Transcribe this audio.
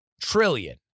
trillion